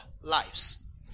lives